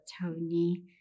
Tony